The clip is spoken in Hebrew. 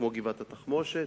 כמו גבעת-התחמושת,